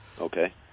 Okay